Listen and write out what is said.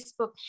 Facebook